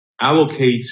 allocate